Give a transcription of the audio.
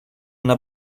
una